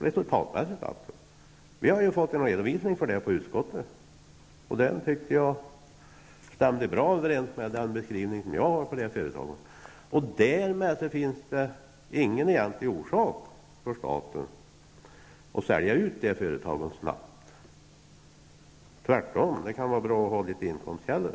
Vi i utskottet har fått en redovisning i det avseendet, och jag tycker att den redovisningen väl överensstämmer med den beskrivning av de här företagen som jag tidigare har fått. Således finns det egentligen inte någon anledning för staten att snabbt sälja ut företag. Tvärtom kan det vara bra att ha några inkomstkällor.